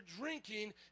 drinking